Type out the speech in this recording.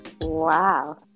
Wow